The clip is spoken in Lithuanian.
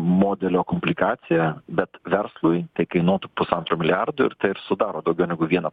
modelio komplikacija bet verslui tai kainuotų pusantro milijardo ir tai ir sudaro daugiau negu vieną